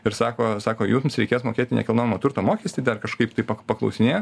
ir sako sako jums reikės mokėti nekilnojamo turto mokestį dar kažkaip taip pa paklausinėjo